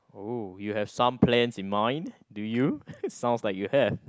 oh you have some plans in mind do you sounds like you have